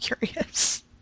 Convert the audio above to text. curious